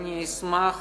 ואני אשמח,